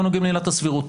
לא נוגעים לעילת הסבירות.